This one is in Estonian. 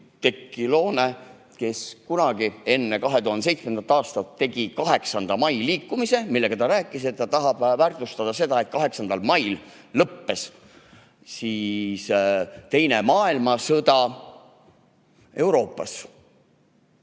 Oudekki Loone, kes kunagi enne 2007. aastat tegi 8. mai liikumise. Ta rääkis, et ta tahab väärtustada seda, et 8. mail lõppes teine maailmasõda Euroopas.